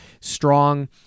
strong